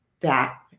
back